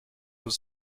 was